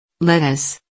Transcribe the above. Lettuce